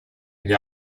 gli